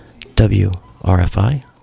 WRFI